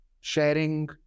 sharing